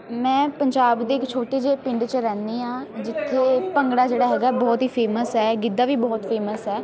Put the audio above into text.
ਮੈਂ ਪੰਜਾਬ ਦੇ ਇੱਕ ਛੋਟੇ ਜਿਹੇ ਪਿੰਡ 'ਚ ਰਹਿੰਦੀ ਹਾਂ ਜਿੱਥੇ ਭੰਗੜਾ ਜਿਹੜਾ ਹੈਗਾ ਬਹੁਤ ਹੀ ਫੇਮਸ ਹੈ ਗਿੱਧਾ ਵੀ ਬਹੁਤ ਫੇਮਸ ਹੈ